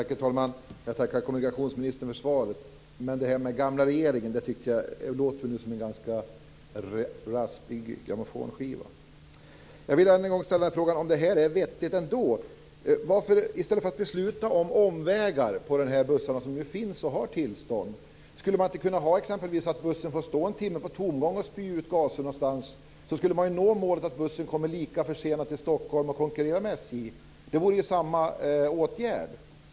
Herr talman! Jag tackar kommunikationsministern för svaret. Men jag tycker att det här med den gamla regeringen låter som en ganska raspig grammofonskiva. Jag vill än en gång fråga om det är vettigt. Skulle man inte, i stället för att besluta om omvägar för de bussar som nu finns och har tillstånd, t.ex. kunna ha det så att bussen får stå en timme på tomgång och spy ut gaser? Så skulle man nå målet att bussen kommer lika sent till Stockholm och konkurrerar med SJ. Det skulle ge samma effekt.